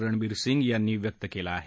रणबिर सिंग यांनी व्यक्त केला आहे